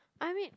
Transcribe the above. I mean